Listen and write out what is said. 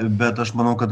bet aš manau kad